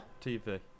TV